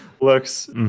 looks